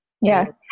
Yes